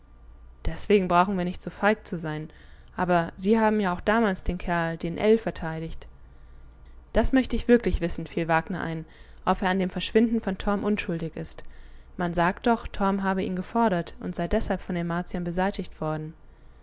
deswegen brauchen wir nicht so feig zu sein aber sie haben ja auch damals den kerl den ell verteidigt das möchte ich wirklich wissen fiel wagner ein ob er an dem verschwinden von torm unschuldig ist man sagt doch torm habe ihn gefordert und sei deshalb von den martiern beseitigt worden